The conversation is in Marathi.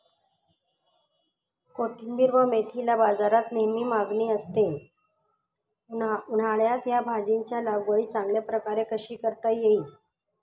कोथिंबिर व मेथीला बाजारात नेहमी मागणी असते, उन्हाळ्यात या भाज्यांची लागवड चांगल्या प्रकारे कशी करता येईल?